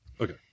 Okay